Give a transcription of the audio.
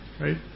Right